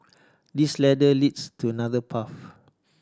this ladder leads to another path